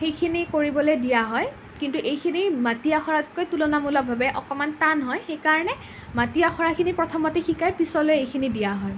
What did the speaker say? সেইখিনি কৰিবলৈ দিয়া হয় কিন্তু এইখিনি মাটি আখৰাতকৈ তুলনামূলকভাৱে অকণমান টান হয় সেইকাৰণে মাটি আখৰাখিনি প্ৰথমতে শিকাই পিছলৈ এইখিনি দিয়া হয়